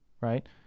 right